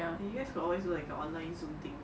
you guys could always do like a online zoom thing